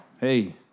Hey